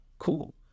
cool